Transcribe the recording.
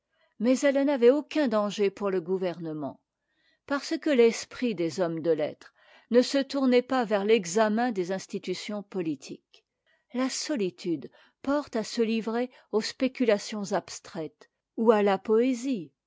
mais elle n'avait aucun danger pour le gouvernement parce que l'esprit des hommes de lettres ne se tournait pas vers l'examen des institutions politiques la solitude porte à se livrer aux spéculations abstraites ou à la poésie